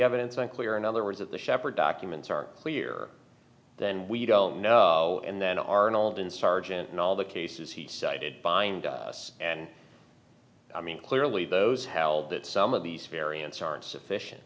or in other words that the shepherd documents are clear then we don't know and then arnold in sergeant and all the cases he cited bind us and i mean clearly those held that some of these variance aren't sufficient